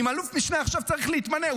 אם אלוף משנה צריך עכשיו להתמנות,